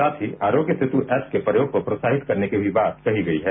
साथ ही आरोग्य सेतु ऐप के प्रयोग को प्रोत्साहित करने की भी बात कही गई है